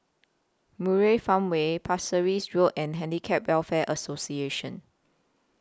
Murai Farmway Pasir Ris Road and Handicap Welfare Association